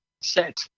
set